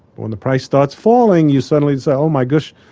when the price starts falling you suddenly say, oh my gosh,